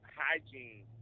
hygiene